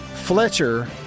Fletcher